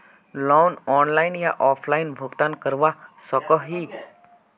Loan online या offline भुगतान करवा सकोहो ही?